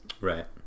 Right